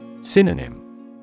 Synonym